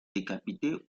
décapité